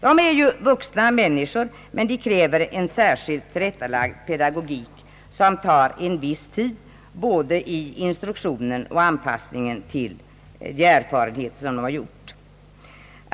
De är ju vuxna människor, men de kräver en särskilt tillrättalagd pedagogik, som tar en viss tid både i instruktionen och anpassningen till de erfarenheter de har gjort.